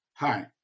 Hi